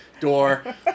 door